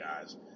guys